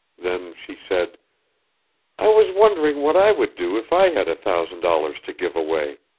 then she said i was wondering what i would do if i had a thousand dollars to give away.